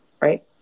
right